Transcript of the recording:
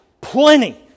plenty